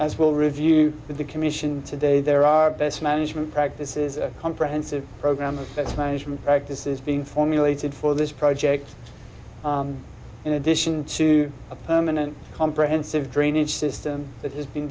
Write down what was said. as will review the commission today there are best management practices a comprehensive program of its management practices being formulated for this project in addition to a permanent comprehensive drainage system that has been